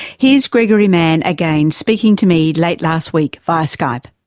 here's gregory mann again, speaking to me, late last week via skype.